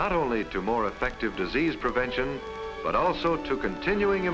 not only to more effective disease prevention but also to continuing